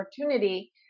opportunity